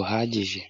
uhagije.